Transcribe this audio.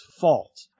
fault